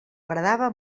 agradava